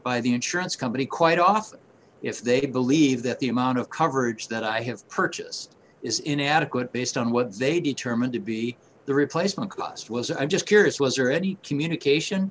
by the insurance company quite awesome if they believe that the amount of coverage that i have purchased is inadequate based on what they determine to be the replacement cost was and i'm just curious was there any communication